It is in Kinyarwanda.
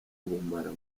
ubumara